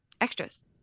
extras